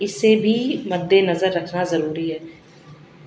اس سے بھی مد نظر رکھنا ضروری ہے